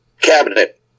cabinet